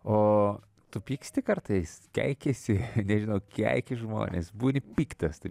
o tu pyksti kartais keikiesi nežinau keiki žmones būti piktas tai